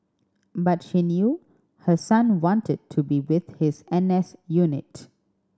but she knew her son wanted to be with his N S unit